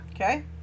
Okay